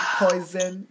poison